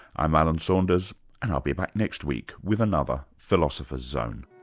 i'm alan saunders and i'll be back next week with another philosopher's zone